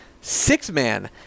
Six-man